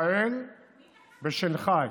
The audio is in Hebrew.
ישראל בשנגחאי.